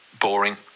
boring